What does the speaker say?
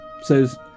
says